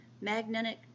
magnetic